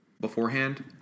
beforehand